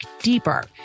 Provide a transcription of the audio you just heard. deeper